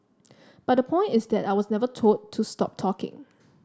but the point is that I was never told to stop talking